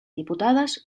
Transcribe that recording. diputades